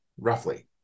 roughly